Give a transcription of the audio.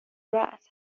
رآس